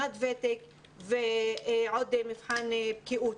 שנת ותק ועוד מבחן בקיאות.